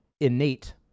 innate